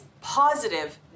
positive